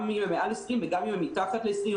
גם אם הן מעל 20 וגם אם הן מתחת ל-20,